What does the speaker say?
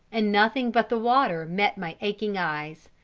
and nothing but the water met my aching eyes.